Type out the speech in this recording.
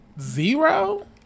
Zero